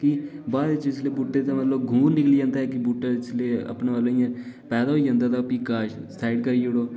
कि बाद च मतलब बूह्टें च जिसलै ङूर निकली जंदा ऐ जिसलै अपने मतलब पैदा होई जंदा ऐ फ्ही घा साइड करी छोड़ो